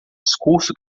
discurso